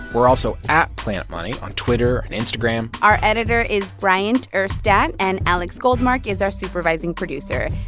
we're also at planetmoney on twitter and instagram our editor is bryant urstadt, and alex goldmark is our supervising producer.